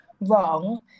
wrong